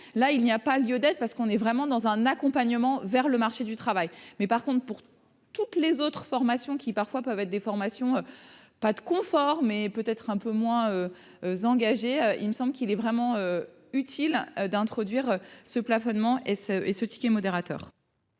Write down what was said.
là il n'y a pas lieu d'être, parce qu'on est vraiment dans un accompagnement vers le marché du travail, mais par contre pour toutes les autres formations qui, parfois, peuvent être des formations, pas de confort, mais peut être un peu moins engagé, il me semble qu'il est vraiment utile d'introduire ce plafonnement et ce et ce ticket modérateur.